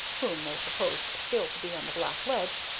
whom they supposed still to be on the black ledge,